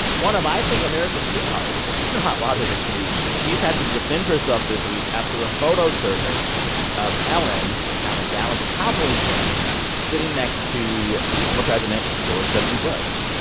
one of, i think, america's sweethearts. but she's in hot water this week yeah she's had to defend herself this week after a photo surfaced of ellen at a dallas cowboys game sitting next to former president george w. bush.